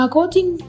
Coaching